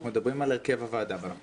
אנחנו מדברים על הרכב הוועדה, ואנחנו